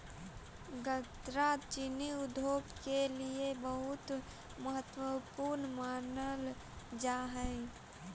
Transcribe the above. गन्ना चीनी उद्योग के लिए बहुत महत्वपूर्ण मानल जा हई